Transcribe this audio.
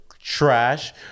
trash